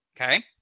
Okay